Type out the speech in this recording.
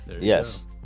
Yes